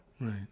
Right